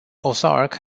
ozark